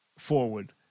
forward